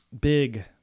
big